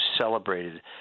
celebrated